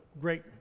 great